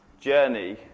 journey